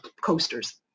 coasters